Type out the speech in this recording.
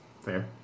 Fair